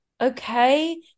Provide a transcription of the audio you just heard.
okay